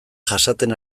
jasaten